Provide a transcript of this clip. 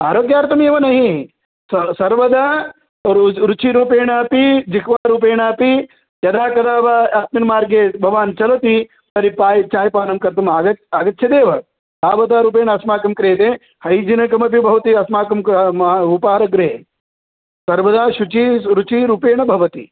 आरोग्यार्थमेव न सर्वदा रुचिरूपेणापि जिह्वारूपेण अपि यदा कदा वा अस्मिन् मार्गे भवान् चलति तर्हि पातुं चायपानं कर्तुम् आगच्छ आगच्छेदेव तावता रूपेण अस्माकं क्रियते हैजिन् अपि भवति अस्माकम् उपहारगृहे सर्वदा शुचिः रुचिरूपेण भवति